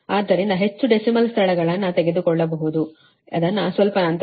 ಆದ್ದರಿಂದ ಹೆಚ್ಚು ಡೆಸಿಮಲ್ ಸ್ಥಳಗಳನ್ನು ತೆಗೆದುಕೊಳ್ಳಬಹುದು ಅದನ್ನು ಸ್ವಲ್ಪ ನಂತರ ವಿವರಿಸುತ್ತೇನೆ